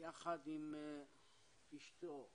יחד עם אשתו סימון,